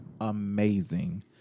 amazing